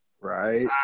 Right